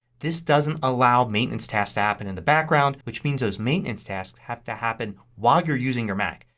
this doesn't allow maintenance tasks to happen in the background which means those maintenance tasks have to happen while you're using your mac.